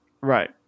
Right